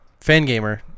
Fangamer